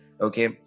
Okay